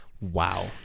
wow